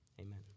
Amen